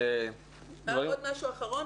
עוד משהו אחרון.